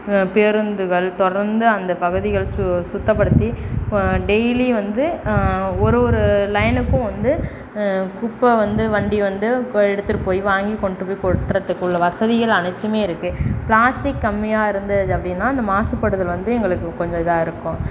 பேருந்துகள் தொடர்ந்து அந்த பகுதிகள் சு சுத்தப்படுத்தி டெய்லி வந்து ஒரு ஒரு லைனுக்கும் வந்து குப்பை வந்து வண்டி வந்து பொ எடுத்துகிட்டு போய் வாங்கி கொண்டு போய் கொட்டுறதுக்குள்ள வசதிகள் அனைத்துமே இருக்குது பிளாஸ்டிக் கம்மியாக இருந்தது அப்படின்னா அந்த மாசுபடுதல் வந்து எங்களுக்கு கொஞ்சம் இதாக இருக்கும்